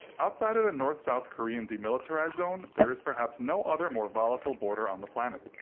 outside of the north-south korean demilitarized zone, there is perhaps no other more volatile border on the planet.